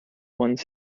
one